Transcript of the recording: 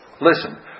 listen